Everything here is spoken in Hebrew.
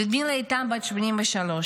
לודמילה הייתה בת 83,